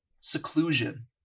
seclusion